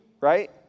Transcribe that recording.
right